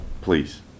Please